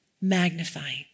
magnifying